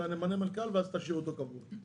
נמנה מנכ"ל ואז תשאיר אותו קבוע.